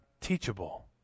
teachable